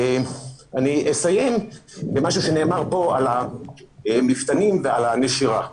אני אסיים במשהו שנאמר כאן על המפתנים ועל הנשירה.